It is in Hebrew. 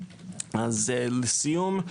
לסיום,